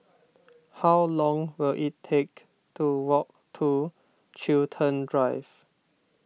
how long will it take to walk to Chiltern Drive